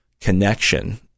connection